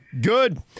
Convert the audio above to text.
Good